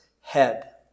head